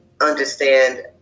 understand